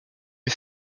mes